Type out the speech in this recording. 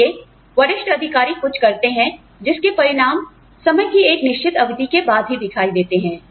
इसलिए वरिष्ठ अधिकारी कुछ करते हैं जिसके परिणाम समय की एक निश्चित अवधि के बाद ही दिखाई देते हैं